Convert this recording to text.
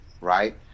Right